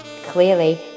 clearly